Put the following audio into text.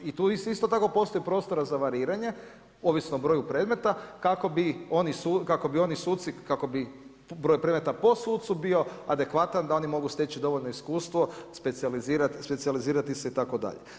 Znači tu isto tako postoji prostora za variranje, ovisno o broju predmeta, kako bi oni suci kako bi broj predmeta po sucu bilo adekvatan, da oni mogu steći dovoljno iskustvo, specijalizirati se itd.